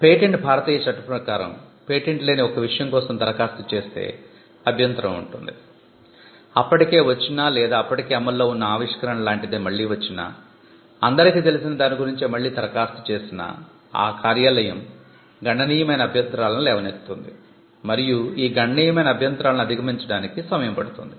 patent భారతీయ చట్టం ప్రకారం పేటెంట్ లేని ఒక విషయం కోసం ధరఖాస్తు చేస్తే అభ్యంతరం ఉంటుంది అప్పటికే వచ్చిన లేదా అప్పటికే అమల్లో ఉన్న ఆవిష్కరణ లాంటిదే మళ్ళీ వచ్చినా అందరికి తెలిసిన దాని గురించే మళ్ళీ ధరఖాస్తు వచ్చినా ఈ కార్యాలయం గణనీయమైన అభ్యంతరాలను లేవనెత్తుతుంది మరియు ఈ గణనీయమైన అభ్యంతరాలను అధిగమించడానికి సమయం పడుతుంది